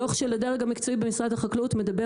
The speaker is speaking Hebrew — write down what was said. דוח של הדרג המקצועי במשרד החקלאות מדבר